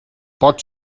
pot